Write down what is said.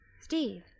Steve